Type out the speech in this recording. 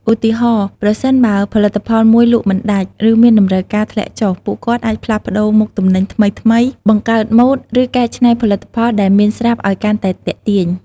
ឧទាហរណ៍ ប្រសិនបើផលិតផលមួយលក់មិនដាច់ ឬមានតម្រូវការធ្លាក់ចុះ ពួកគាត់អាចផ្លាស់ប្តូរមុខទំនិញថ្មីៗ បង្កើតម៉ូដ ឬកែច្នៃផលិតផលដែលមានស្រាប់ឱ្យកាន់តែទាក់ទាញ។